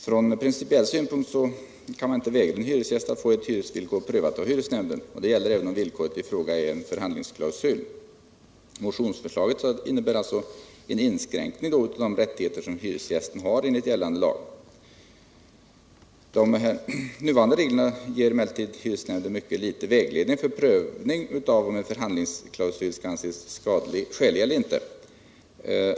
Från principiell synpunkt kun man inte vägra en hyresgäst att få ett hyresvillkor prövat av hyresnämnden även om villkoret är Hvyresförhandlings de rättigheter som hyresgästen har enligt gällande lag. De nuvarande reglerna ger emellertid hyresnämnden mycket liten vägledning för prövning av om en förhandlingsklausul skall anses skälig eller inte.